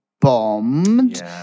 bombed